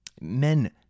Men